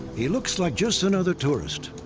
he looks like just another tourist.